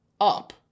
up